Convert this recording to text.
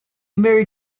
married